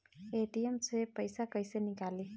ATM से पैसा कैसे नीकली?